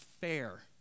fair